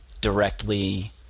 directly